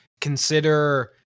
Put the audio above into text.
consider